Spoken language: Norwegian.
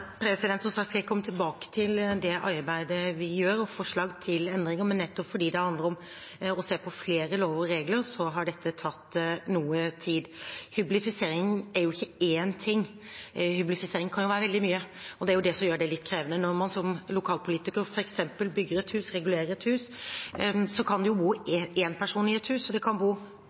sagt: Jeg skal komme tilbake til det arbeidet vi gjør og forslag til endringer, men nettopp fordi det handler om å se på flere lover og regler, har dette tatt noe tid. Hyblifisering er ikke én ting, hyblifisering kan være veldig mye. Det er jo det som gjør det litt krevende. Når man som lokalpolitiker f.eks. bygger et hus, regulerer et hus, kan det bo én person i et hus og det kan bo